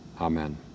amen